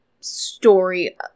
story